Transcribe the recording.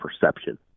perception